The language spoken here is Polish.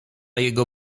jego